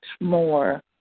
more